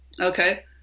okay